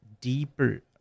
deeper